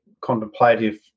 contemplative